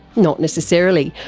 not necessarily,